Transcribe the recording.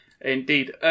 indeed